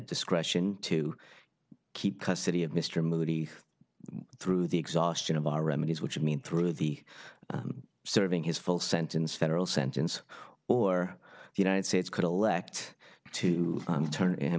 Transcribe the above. discretion to keep custody of mr moody through the exhaustion of our remedies which means through the serving his full sentence federal sentence or united states could elect to turn him